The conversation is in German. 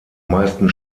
meisten